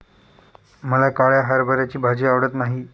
मला काळ्या हरभऱ्याची भाजी आवडत नाही